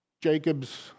Jacob's